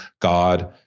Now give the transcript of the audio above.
God